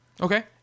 Okay